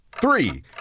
Three